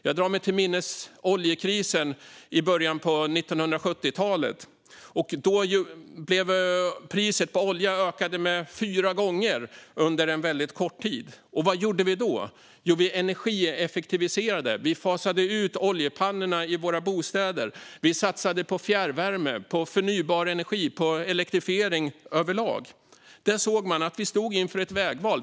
Jag drar mig till minnes oljekrisen i början av 1970-talet. Då ökade priset på olja med fyra gånger under väldigt kort tid. Vad gjorde vi då? Jo, vi energieffektiviserade. Vi fasade ut oljepannorna i våra bostäder. Vi satsade på fjärrvärme, på förnybar energi, på elektrifiering överlag. Vi såg att vi stod inför ett vägval.